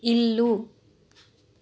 ఇల్లు